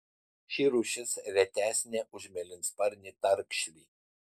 ši rūšis retesnė už mėlynsparnį tarkšlį